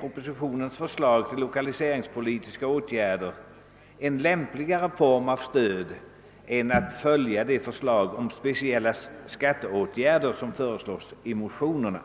propositionens förslag till lokaliseringspolitiska åtgärder enligt dess mening är en lämpligare form av stöd än de speciella skatteåtgärder som föreslås i motionerna.